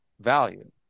value